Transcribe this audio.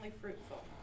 fruitful